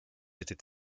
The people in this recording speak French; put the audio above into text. était